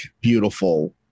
beautiful